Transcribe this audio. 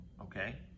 okay